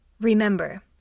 Remember